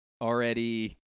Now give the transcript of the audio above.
already